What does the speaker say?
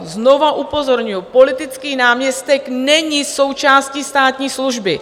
Znovu upozorňuju, politický náměstek není součástí státní služby.